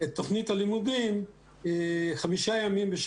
ולכיתה בממלכתי-דתי גבוה יותר בממלכתי-דתי ביחס לממלכתי-עברי.